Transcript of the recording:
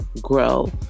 grow